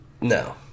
No